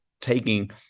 taking